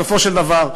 בסופו של דבר,